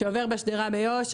שעובר בשדרה ביו"ש,